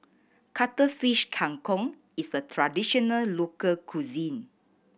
Cuttlefish Kang Kong is a traditional local cuisine